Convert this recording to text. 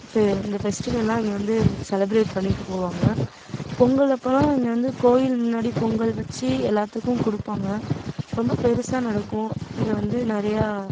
ஃபெ இந்த ஃபெஸ்டிவல்லாம் இங்கே வந்து செலப்ரேட் பண்ணிட்டு போவாங்க பொங்கல் அப்பெல்லாம் இங்கே வந்து கோயில் முன்னாடி பொங்கல் வச்சி எல்லாத்துக்கும் கொடுப்பாங்க ரொம்ப பெருசாக நடக்கும் இங்கே வந்து நிறையா